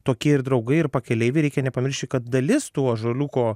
tokie ir draugai ir pakeleiviai reikia nepamiršti kad dalis tų ąžuoliuko